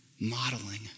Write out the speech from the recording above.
modeling